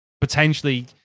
potentially